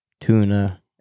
tuna